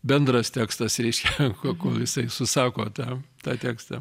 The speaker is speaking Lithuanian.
bendras tekstas reiškia kol jisai susako tą tą tekstą